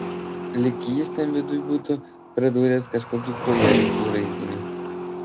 lyg jis ten viduj būtų pradūręs kažkokį kraujagyslių raizginį